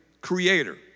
creator